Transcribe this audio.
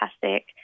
fantastic